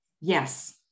yes